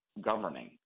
governing